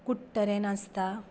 कुट्टरे नाचता